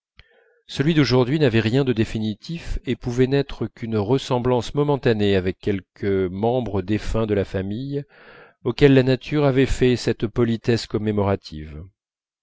celui d'aujourd'hui n'avait rien de définitif et pouvait n'être qu'une ressemblance momentanée avec quelque membre défunt de la famille auquel la nature avait fait cette politesse commémorative